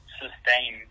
sustain